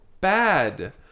bad